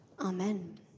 Amen